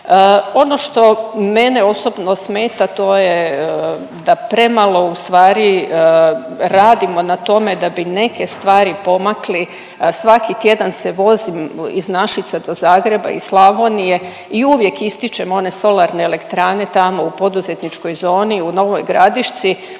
Ono što mene osobno smeta to je da premalo radimo na tome da bi neke stvari pomakli. Svaki tjedan se vozim iz Našica do Zagreba iz Slavonije i uvijek ističem one solarne elektrane tamo u poduzetničkoj zoni u Novoj Gradišci